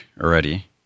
already